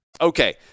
okay